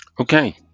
Okay